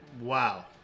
Wow